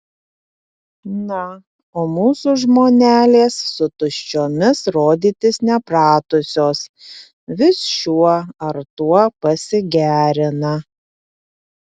na o mūsų žmonelės su tuščiomis rodytis nepratusios vis šiuo ar tuo pasigerina